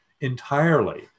entirely